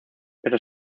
pero